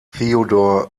theodor